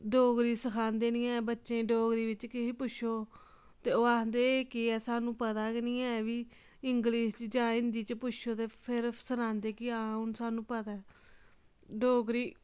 डोगरी सखांदे निं ऐ बच्चें गी डोगरी बिच्च किश पुच्छो ते ओह् आखदे कि एह् सानूं पता गै निं ऐ बी इंग्लिश च जां हिंदी च पुच्छो ते फिर सनांदे कि हां हून सानूं पता ऐ डोगरी